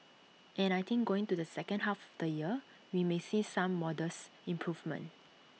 and I think going to the second half of the year we may see some modest improvements